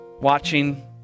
watching